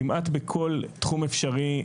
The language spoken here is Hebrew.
כמעט בכל תחום אפשרי,